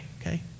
okay